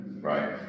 Right